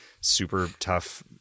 super-tough